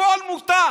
הכול מותר.